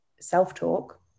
self-talk